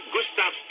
Gustav